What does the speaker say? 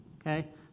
Okay